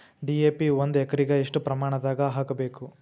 DAP ಒಂದು ಎಕರಿಗ ಎಷ್ಟ ಪ್ರಮಾಣದಾಗ ಹಾಕಬೇಕು?